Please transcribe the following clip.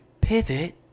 Pivot